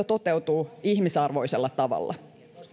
toteutuu ihmisarvoisella tavalla